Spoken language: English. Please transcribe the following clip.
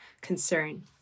concern